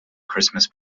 christmas